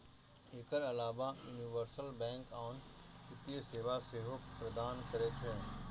एकर अलाव universal bank आन वित्तीय सेवा सेहो प्रदान करै छै